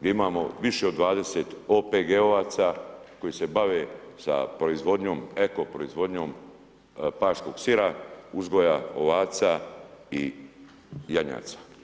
gdje imamo više od 20 OPG-ovaca koji se bave sa proizvodnjom, eko proizvodnjom paškog sira, uzgoja ovaca i janjaca.